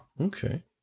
okay